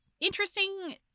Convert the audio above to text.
interesting